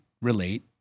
relate